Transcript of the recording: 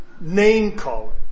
Name-calling